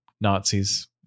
Nazis